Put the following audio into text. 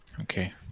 Okay